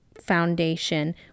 foundation